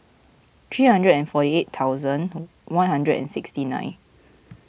three hundred and forty eight thousand one hundred and sixty nine